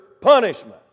punishment